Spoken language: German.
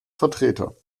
vertreter